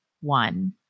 one